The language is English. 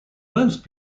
most